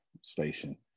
station